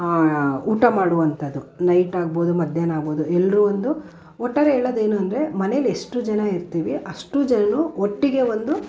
ಊಟ ಮಾಡುವಂಥದ್ದು ನೈಟ್ ಆಗ್ಬೋದು ಮಧ್ಯಾಹ್ನ ಆಗ್ಬೋದು ಎಲ್ಲರೂ ಒಂದು ಒಟ್ಟಾರೆ ಹೇಳೋದೇನೆಂದರೆ ಮನೇಲಿ ಎಷ್ಟು ಜನ ಇರ್ತೀವಿ ಅಷ್ಟು ಜನರೂ ಒಟ್ಟಿಗೆ ಒಂದು